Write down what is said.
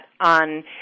on